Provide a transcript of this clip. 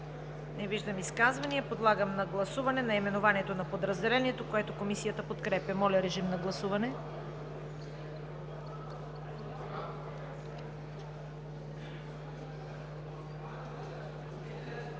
Не виждам изказвания. Подлагам на гласуване наименованието на подразделението, което Комисията подкрепя. Гласували